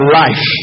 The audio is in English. life